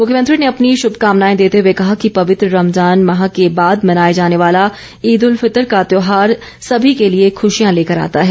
मुख्यमंत्री ने अपनी शभकामनाए देते हुए कहा कि पवित्र रमजान माह के बाद मनाए जाने वाला ईद उल फितर का त्यौहार समी के लिए खूशियां लेकर आता है